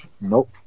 nope